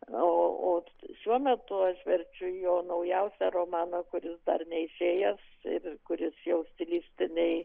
o o šiuo metu aš verčiu jo naujausią romaną kuris dar neišėjęs ir kuris jau stilistinėj